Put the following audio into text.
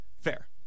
Fair